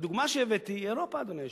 הדוגמה שהבאתי היא אירופה, אדוני היושב-ראש.